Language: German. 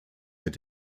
mit